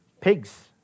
pigs